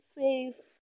safe